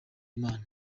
imana